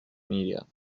media